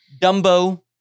Dumbo